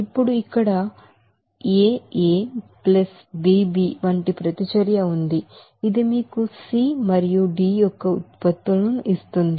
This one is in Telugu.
ఇప్పుడు ఇక్కడ aA bB వంటి ప్రతిచర్య ఉంది ఇది మీకు C మరియు D యొక్క ఉత్పత్తులను ఇస్తుంది